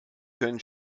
können